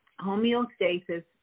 homeostasis